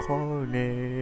Corner